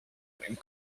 and